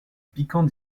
piquant